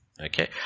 okay